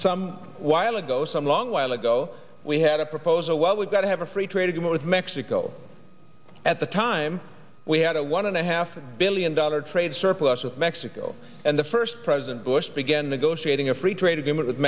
some while ago some long while ago we had a proposal well we've got to have a free trade agreement with mexico at the time we had a one and a half billion dollar trade surplus with mexico and the first president bush began negotiating a free trade agreement with